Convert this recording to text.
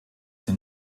den